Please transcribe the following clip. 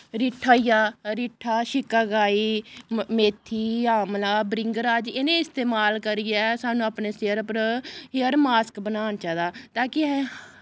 रीठा होई गेआ रीठा शिकाकाई मेथी आमला भृंगराज इ'नें इस्तेमाल करियै सानूं अपने सिर उप्पर हेयर मास्क बनाना चाहिदा तां कि अस